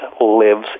lives